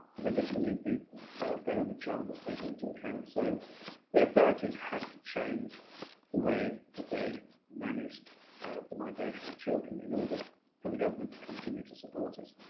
and they didn't believe the welfare of the child was taken into account. so the authorities had to change the way that they managed the migration and children in order for the government to continue to support it.